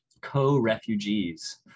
co-refugees